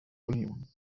union